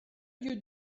you